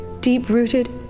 deep-rooted